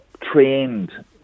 trained